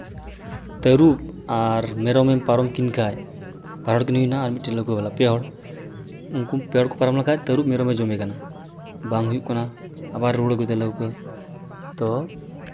ᱛᱟᱹᱨᱩᱵᱽ ᱟᱨ ᱢᱮᱨᱚᱢᱮᱢ ᱯᱟᱨᱚᱢ ᱠᱤᱱ ᱠᱷᱟᱡ ᱵᱟᱨ ᱦᱚᱲ ᱠᱤᱱ ᱦᱩᱭᱮᱱᱟ ᱟᱨ ᱢᱤᱫᱴᱮᱡ ᱞᱟᱹᱣᱠᱟᱹ ᱵᱟᱞᱟ ᱯᱮ ᱦᱚᱲ ᱩᱱᱠᱩ ᱯᱮ ᱦᱚᱲ ᱠᱚ ᱯᱟᱨᱚᱢ ᱞᱮᱱᱠᱷᱟᱡ ᱛᱟᱹᱨᱩᱵᱽ ᱢᱮᱨᱚᱢᱮ ᱡᱚᱢᱮ ᱠᱟᱱᱟ ᱵᱟᱝ ᱦᱩᱭᱩᱜ ᱠᱟᱱᱟ ᱟᱵᱟ ᱨᱩᱣᱟᱹᱲ ᱠᱮᱫᱟ ᱞᱟᱹᱣᱠᱟᱹ ᱛᱚ